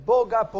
Boga